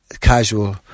casual